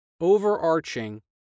overarching